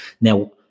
Now